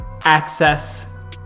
access